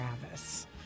Travis